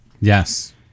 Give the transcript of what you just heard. Yes